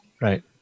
Right